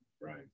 Right